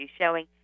showing